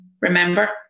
remember